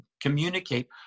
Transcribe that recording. communicate